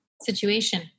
situation